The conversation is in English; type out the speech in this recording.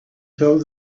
told